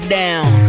down